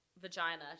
vagina